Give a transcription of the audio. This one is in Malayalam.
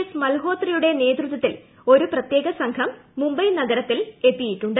എസ് മൽ ഹോത്രയുടെ നേതൃത്വത്തിൽ ഒരു പ്രത്യേക സംഘം മുംബൈ നഗരത്തിൽ എത്തിയിട്ടുണ്ട്